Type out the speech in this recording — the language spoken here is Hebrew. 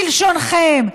כלשונכם.